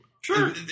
Sure